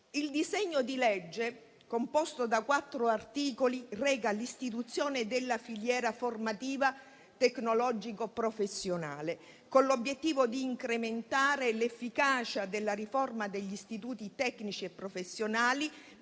Il disegno di legge, composto da quattro articoli, reca l'istituzione della filiera formativa tecnologico-professionale, con l'obiettivo di incrementare l'efficacia della riforma degli istituti tecnici e professionali,